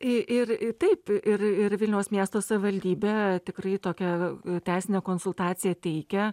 i ir taip ir ir vilniaus miesto savivaldybė tikrai tokią teisinę konsultaciją teikia